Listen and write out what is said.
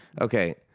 Okay